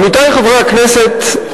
עמיתי חברי הכנסת,